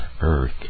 earth